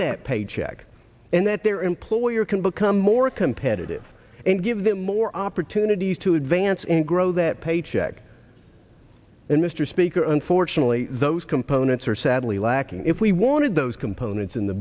that paycheck and that their employer can become more competitive and give them more opportunities to advance and grow that paycheck and mr speaker unfortunately those components are sadly lacking if we wanted those components in the